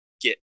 get